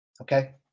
okay